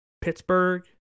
Pittsburgh